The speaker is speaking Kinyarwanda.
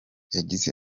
yagize